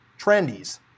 trendies